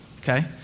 okay